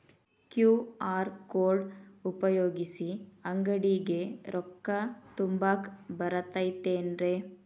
QR code ಉಪಯೋಗಿಸಿ, ಅಂಗಡಿಗೆ ರೊಕ್ಕಾ ತುಂಬಾಕ್ ಬರತೈತೇನ್ರೇ?